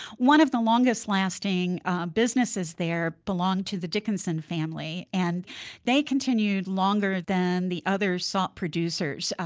one of the longest lasting businesses there belonged to the dickinson family, and they continued longer than the other salt producers.